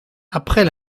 après